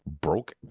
Broke